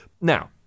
Now